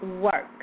Work